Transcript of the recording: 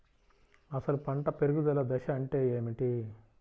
అసలు పంట పెరుగుదల దశ అంటే ఏమిటి?